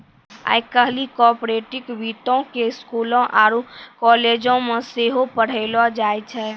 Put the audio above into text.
आइ काल्हि कार्पोरेट वित्तो के स्कूलो आरु कालेजो मे सेहो पढ़ैलो जाय छै